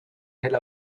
tel